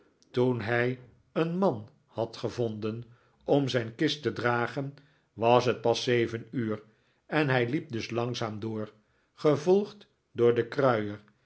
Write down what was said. toen hij een man had gevonden om zijn kist te dragen was het pas zeven uur en hij liep dus langzaam door gevolgd door den kruier